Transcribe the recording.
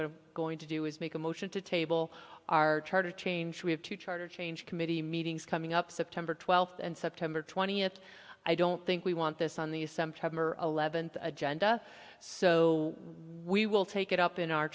we're going to do is make a motion to table our charter change we have to charter change committee meetings coming up september twelfth and september twentieth i don't think we want this on the eleventh agenda so we will take it up in our